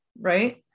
right